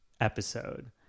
episode